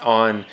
on